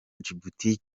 djibouti